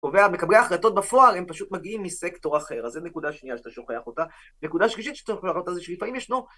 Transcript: מקבלי ההחלטות בפועל, הם פשוט מגיעים מסקטור אחר. אז זו נקודה שנייה שאתה שוכח אותה. נקודה שלישית שאתה שוכח אותה זה שלפעמים יש נור.